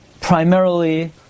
primarily